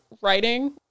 writing